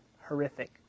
horrific